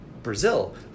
Brazil